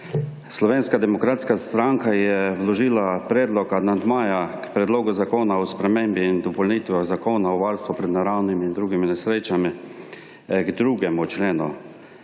Slovenska demokratska stranka je vložila predlog amandmaja k predlogu zakona o spremembi in dopolnitvah zakona o varstvu pred naravnimi in drugimi nesrečami k 2. členu.